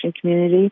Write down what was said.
community